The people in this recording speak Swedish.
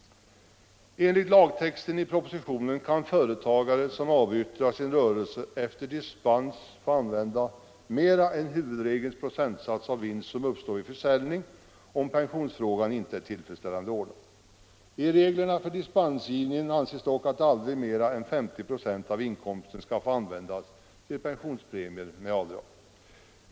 Enligt lagtexten i propositionen kan företagare som avyttrar sin rörelse få efter dispens använda mera än huvudregelns procentsats av vinst som uppstår vid försäljningen om pensionsfrågan inte är tillfredsställande ordnad. I reglerna för dispensgivningen står att aldrig mera än 50 96 av inkomsten skall få användas till pensionspremier med avdrag.